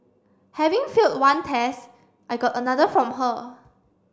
having failed one test I got another from her